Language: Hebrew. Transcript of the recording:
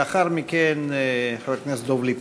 לאחר מכן, חבר הכנסת דב ליפמן.